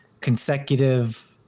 consecutive